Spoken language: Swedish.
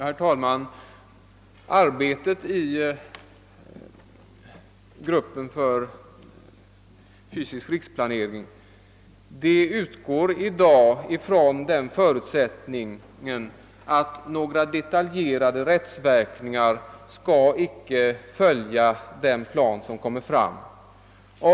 Herr talman! Arbetet i gruppen för fysisk riksplanering utgår i dag från den förutsättningen att några detaljerade rättsverkningar icke skall följa den plan som kommer fram.